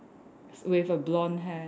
with a blonde hair